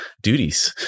duties